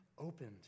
opened